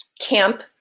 camp